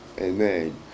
amen